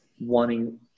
wanting